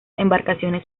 embarcaciones